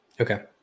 Okay